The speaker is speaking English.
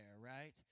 right